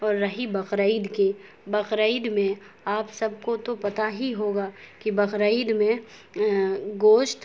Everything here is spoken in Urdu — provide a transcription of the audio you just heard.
اور رہی بقرعید کی بقرعید میں آپ سب کو تو پتہ ہی ہوگا کہ بقرعید میں گوشت